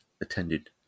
attended